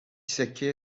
سکه